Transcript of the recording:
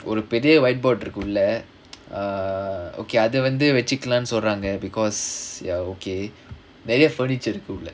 ஒரு பெரிய:oru periya whiteboard இருக்கு உள்ள:irukku ulla err okay அத வந்து வெச்சுக்கலாம் சொல்றாங்க:atha vanthu vechukkalam solraanga because ya okay நிறையா:niraiyaa furniture உள்ள:ulla